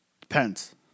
Depends